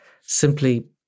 simply